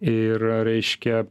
ir reiškia